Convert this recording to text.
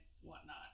whatnot